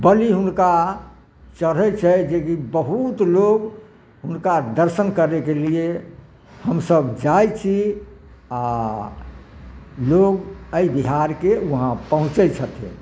बलि हुनका चढ़ै छै जेकी बहुत लोक हुनका दर्शन करैके लिए हमसब जाइ छी आ लोग एहि बिहारके वहाँ पहुँचै छथिन